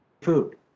food